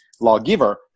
lawgiver